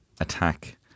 attack